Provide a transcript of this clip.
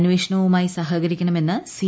അന്വേഷണവുമായി സഹകരിക്കണമെന്ന് സി